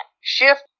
Shift